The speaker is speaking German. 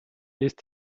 ist